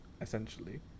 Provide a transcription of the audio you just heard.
essentially